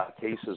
cases